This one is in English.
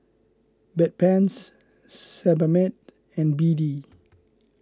Bedpans Sebamed and B D